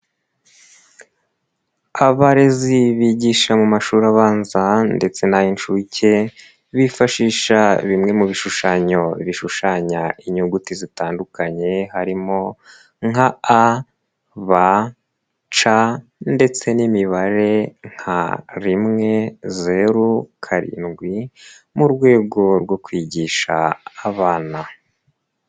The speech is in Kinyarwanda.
Abarezi bigisha mu mashuri abanza ndetse n'ay'inshuke bifashisha bimwe mu bishushanyo bishushanya inyuguti zitandukanye harimo nka A, B, C ndetse n'imibare nka rimwe, zeru, karindwi mu rwego rwo kwigisha abana.